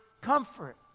comfort